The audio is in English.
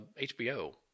HBO